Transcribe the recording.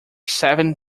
seven